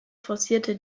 forcierte